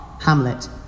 Hamlet